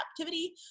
captivity